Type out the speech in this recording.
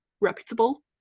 reputable